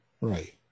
right